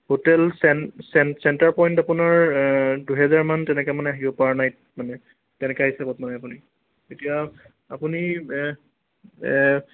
hotel centre point আপোনাৰ দুহেজাৰ মান তেনেকে মানে আহিব পাৰ নাইট মানে তেনেকুৱা হিচাপত মানে আপুনি তেতিয়া আপুনি